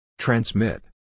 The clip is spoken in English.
Transmit